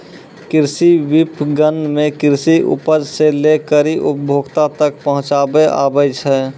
कृषि विपणन मे कृषि उपज से लै करी उपभोक्ता तक पहुचाबै आबै छै